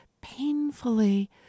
painfully